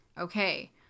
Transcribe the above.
okay